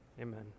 Amen